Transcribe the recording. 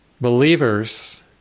believers